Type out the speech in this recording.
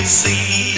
see